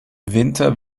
winter